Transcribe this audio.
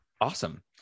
Awesome